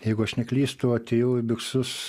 jeigu aš neklystu atėjau į biksus